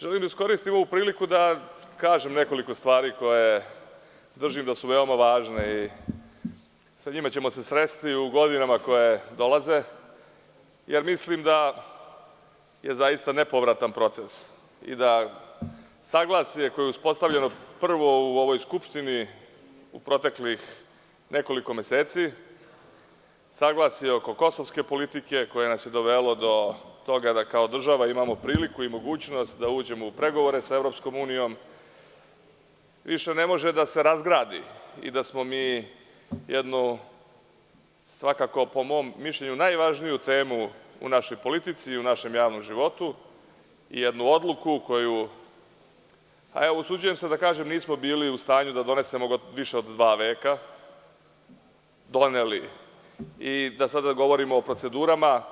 Želim da iskoristim ovu priliku da kažem nekoliko stvari koje držim da su veoma važne i sa njima ćemo se sresti u godinama koje dolaze, jer mislim da je zaista nepovratan proces i da saglasje koje uspostavljeno prvo u ovoj Skupštini u proteklih nekoliko meseci, saglasje oko kosovske politike koja nas je dovela do toga da kao država imamo priliku i mogućnost da uđemo u pregovore sa EU, više ne može da se razgradi i da smo mi jednu, svakako po mom mišljenju najvažniju temu u našoj politici, u našem javnom životu, jednu odluku koju, usuđujem se da kažem nismo bili u stanju da donesemo više od dva veka doneli, i da sada ne govorimo o procedurama.